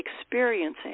experiencing